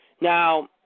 Now